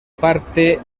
parte